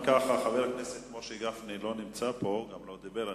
חבר הכנסת משה גפני לא נמצא פה ואני מניח שהוא גם לא דיבר.